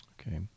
Okay